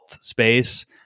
space